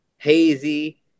hazy